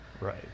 Right